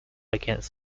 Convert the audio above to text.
against